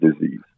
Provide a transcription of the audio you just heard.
disease